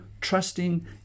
trusting